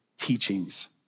teachings